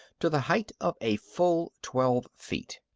to the height of a full twelve feet.